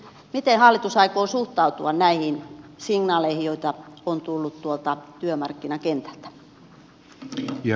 miten hallitus aikoo suhtautua näihin signaaleihin joita on tullut tuolta työmarkkinakentältä